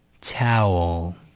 towel